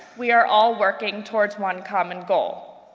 we are all working towards one common goal,